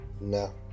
No